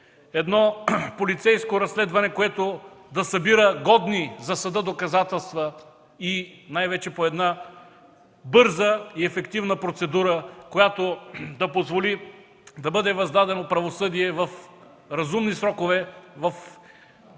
едно полицейско разследване, което да събира годни за съда доказателства, и най-вече по една бърза и ефективна процедура, която да позволи да бъде въздадено правосъдие в разумни срокове в съответствие